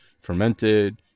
fermented